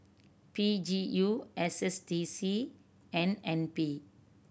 P G U S S D C and N P